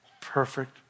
perfect